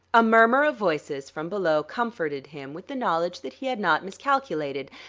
a murmur of voices from below comforted him with the knowledge that he had not miscalculated,